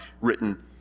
written